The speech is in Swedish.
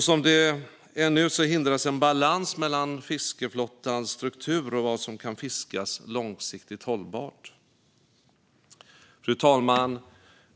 Som det är nu hindras en balans mellan fiskeflottans struktur och vad som kan fiskas långsiktigt hållbart. Fru talman!